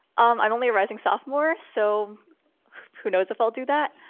um i'm only a rising sophomore, so who knows if i'll do that.